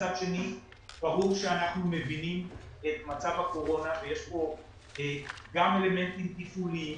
מצד שני ברור שאנחנו מבינים את מצב הקורונה ויש כאן גם אלמנטים טיפוליים